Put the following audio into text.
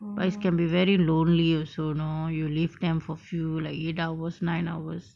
but it can be very lonely also you know you leave them for a few like eight hours nine hours